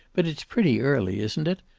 but it's pretty early, isn't it?